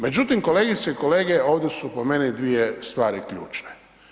Međutim kolegice i kolege, ovdje su po meni dvije stvari ključne.